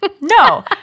No